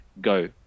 Go